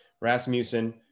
Rasmussen